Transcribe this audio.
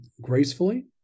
gracefully